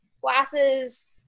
glasses